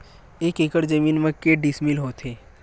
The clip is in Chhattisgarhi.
एक एकड़ जमीन मा के डिसमिल होथे?